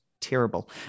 terrible